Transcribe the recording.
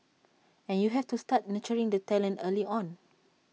and you have to start nurturing the talent early on